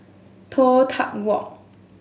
Toh Tuck Walk